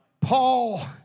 Paul